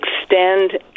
extend